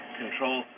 control